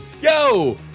Yo